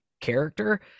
character